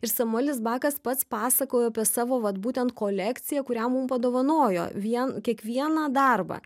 ir samuelis bakas pats pasakojo apie savo vat būtent kolekciją kurią mum padovanojo vien kiekvieną darbą